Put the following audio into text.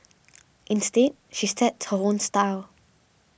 instead she sets her own style